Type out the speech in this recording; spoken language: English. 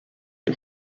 and